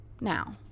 Now